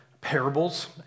parables